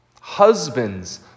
Husbands